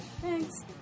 Thanks